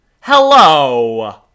Hello